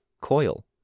COIL